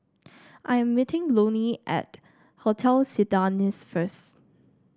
I am meeting Lonnie at Hotel Citadines first